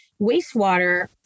Wastewater